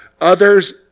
others